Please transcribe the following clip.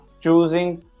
choosing